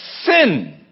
sin